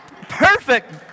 Perfect